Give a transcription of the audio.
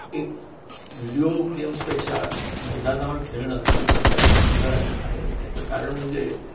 एक व्हिडिओ गेम्सपेक्षा मैदानावर खेळणं हे सगळ्यात चांगलं आहे याचं कारण म्हणजे